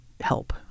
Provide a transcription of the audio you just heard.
help